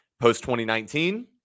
post-2019